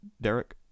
Derek